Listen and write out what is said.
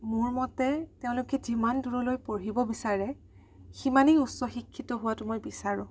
মোৰ মতে তেওঁলোকে যিমান দূৰলৈ পঢ়িব বিচাৰে সিমানে উচ্চ শিক্ষিত হোৱাতো মই বিচাৰোঁ